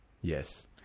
Yes